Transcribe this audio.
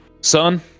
Son